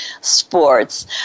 sports